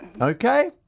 Okay